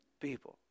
people